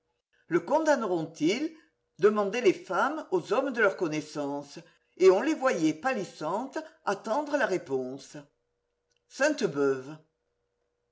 le condamneront ils demandaient les femmes aux hommes de leur connaissance et on les voyait pâlissantes attendre la réponse